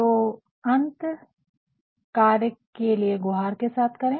तो अंत कार्य के लिए गुहार के साथ करे